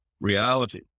reality